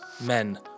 Men